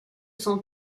son